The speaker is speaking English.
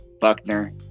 Buckner